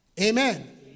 Amen